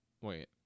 wait